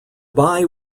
bye